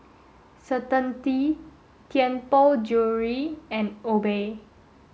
certainty Tianpo Jewellery and Obey